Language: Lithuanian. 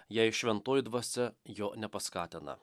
jei šventoji dvasia jo nepaskatina